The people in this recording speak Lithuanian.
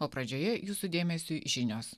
o pradžioje jūsų dėmesiui žinios